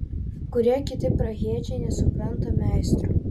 kurie kiti prahiečiai nesupranta meistro